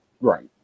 Right